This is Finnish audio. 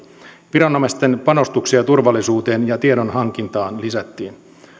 viranomaisten panostuksia turvallisuuteen ja tiedonhankintaan lisättiin